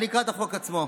אני אקרא את החוק עצמו.